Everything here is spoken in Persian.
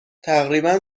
تقریبا